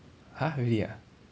!huh! really ah